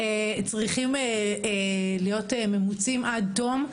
צריכים להיות ממוצים עד תום.